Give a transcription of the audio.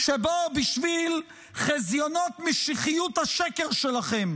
שבו בשביל חזיונות משיחיות השקר שלכם